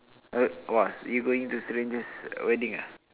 wha~ what you're going to stranger's wedding ah